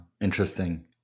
interesting